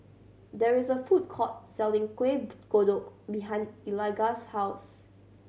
there is a food court selling Kueh Kodok behind Eligah's house